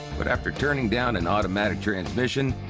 but after turning down an automatic transmission,